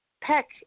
peck